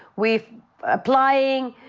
we're applying,